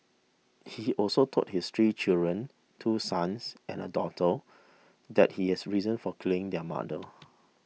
he also told his three children two sons and a daughter that he has reasons for killing their mother